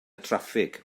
traffig